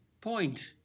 point